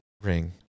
ring